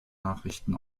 nachrichten